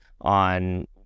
on